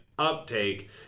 uptake